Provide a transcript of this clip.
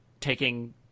taking